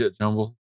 jumble